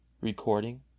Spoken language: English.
Recording